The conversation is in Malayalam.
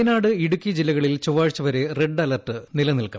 വയനാട് ഇടുക്കി ജില്ലകളിൽ ചൊവ്വാഴ്ച വരെ റെഡ് അലർട്ട് നിലനിൽക്കും